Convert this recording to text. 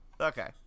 Okay